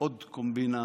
עוד קומבינה